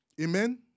Amen